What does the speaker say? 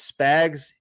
Spags